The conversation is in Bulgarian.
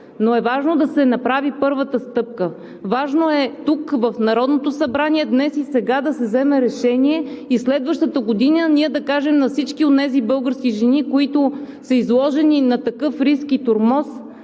Важно е да се направи първата стъпка. Важно е тук, в Народното събрание, днес и сега да се вземе решение и следващата година да кажем на всички онези български жени, които са изложени на такъв риск и тормоз,